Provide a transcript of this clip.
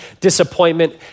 disappointment